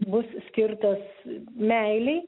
bus skirtas meilei